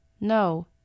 No